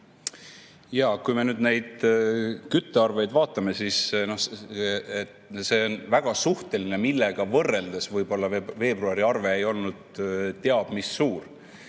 Jaa, kui me neid küttearveid vaatame, siis on väga suhteline, millega võrreldes veebruari arve ei olnud teab mis suur.